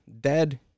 dead